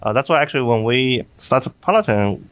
ah that's why actually when we started peloton,